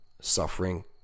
suffering